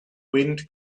wind